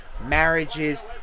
marriages